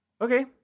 okay